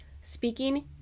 speaking